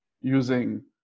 using